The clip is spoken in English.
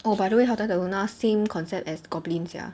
oh by the way hotel del luna same concept as goblin sia